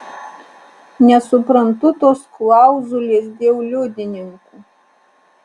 nesuprantu tos klauzulės dėl liudininkų